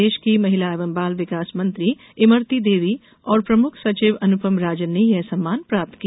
प्रदेश की महिला एवं बाल विकास मंत्री इमरती देवी और प्रमुख सचिव अनुपम राजन ने यह सम्मान प्राप्त किया